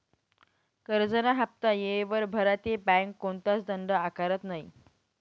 करजंना हाफ्ता येयवर भरा ते बँक कोणताच दंड आकारत नै